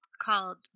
called